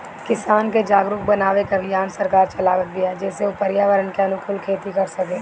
किसान के जागरुक बनावे के अभियान सरकार चलावत बिया जेसे उ पर्यावरण के अनुकूल खेती कर सकें